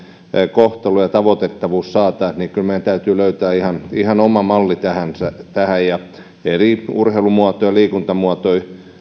kohtelu ja tavoitettavuus saataisiin meidän täytyy kyllä löytää ihan ihan oma malli tähän eri urheilumuotoja ja liikuntamuotoja